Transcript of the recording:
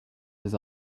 his